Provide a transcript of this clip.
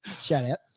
Shout-out